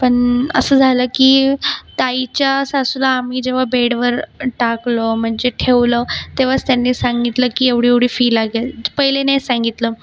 पण असं झालं की ताईच्या सासूला आम्ही जेव्हा बेडवर टाकलं म्हणजे ठेवलं तेव्हाच त्यांनी सांगितलं की एवढीएवढी फी लागेल पहिले नाही सांगितलं